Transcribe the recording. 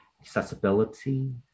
accessibility